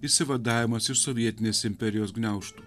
išsivadavimas iš sovietinės imperijos gniaužtų